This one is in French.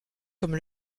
comme